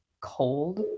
cold